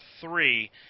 three